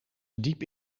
diep